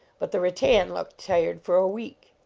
but the rattan looked tired for a week.